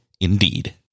Indeed